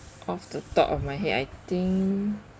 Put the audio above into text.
off the top of my head I think